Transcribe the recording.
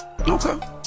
Okay